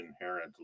inherent